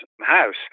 house